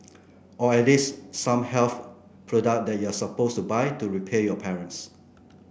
or at least some health product that you're supposed to buy to repay your parents